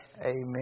Amen